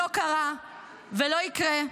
לא קרה ולא יקרה,